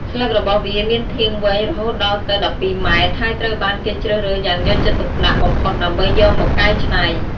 ស្លឹករបស់វាមានធាងវែងរហូតដល់ទៅ ១២ ម៉ែត្រ ហើយត្រូវបានគេជ្រើសរើសយ៉ាងយកចិត្តទុកដាក់បំផុតដើម្បីយកមកកែច្នៃ។